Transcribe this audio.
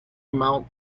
amount